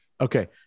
Okay